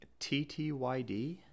TTYD